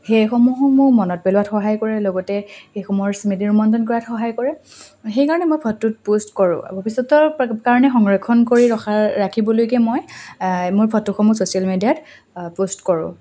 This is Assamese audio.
সেইসমূহো মোক মনত পেলোৱাত সহায় কৰে লগতে সেইসমূহৰ স্মৃতি ৰোমন্থন কৰাত সহায় কৰে সেইকাৰণে মই ফটোত পোষ্ট কৰোঁ ভৱিষ্যতৰ কাৰণে সংৰক্ষণ কৰি ৰখা ৰাখিবলৈকে মই মোৰ ফটোসমূহ ছ'চিয়েল মিডিয়াত পোষ্ট কৰোঁ